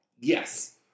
Yes